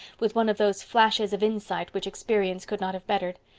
with one of those flashes of insight which experience could not have bettered.